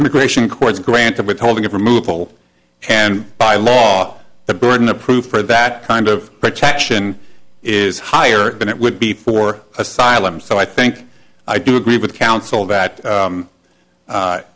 immigration courts granted withholding of removeable and by law the burden of proof for that kind of protection is higher than it would be for asylum so i think i do agree with counsel that